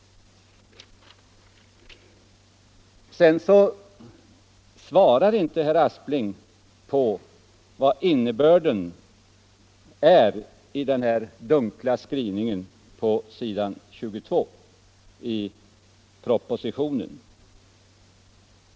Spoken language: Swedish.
Herr Aspling svarar inte på frågan vilken innebörden är av den dunkla skrivningen på s. 22 i propositionen.